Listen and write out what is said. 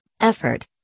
effort